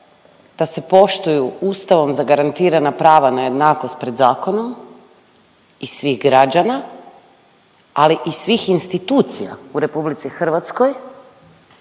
da se poštuju Ustavom zagarantirana prava na jednakost pred zakonom i svih građana, ali i svih institucija u Republici Hrvatskoj